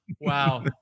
Wow